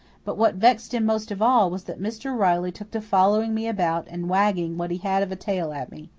but what vexed him most of all was that mr. riley took to following me about and wagging what he had of a tail at me.